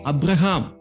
Abraham